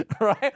right